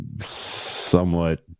somewhat